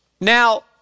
Now